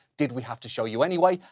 did we have to show you anyway?